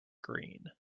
green